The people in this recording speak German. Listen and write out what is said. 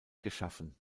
geschaffen